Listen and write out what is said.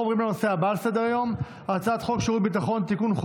אנחנו עוברים לנושא הבא על סדר-היום: הצעת חוק שירות ביטחון (תיקון,